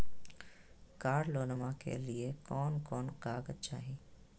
कार लोनमा के लिय कौन कौन कागज चाही?